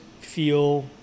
feel